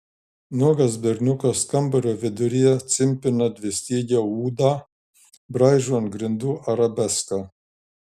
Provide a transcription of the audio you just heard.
nuogas berniukas kambario viduryje cimpina dvistygę ūdą braižo ant grindų arabeską